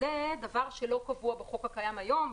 זה דבר שלא קבוע בחוק הקיים היום.